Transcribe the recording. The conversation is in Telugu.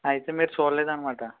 అయితే మీరు చూడలేదు అన్నమాట